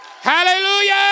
Hallelujah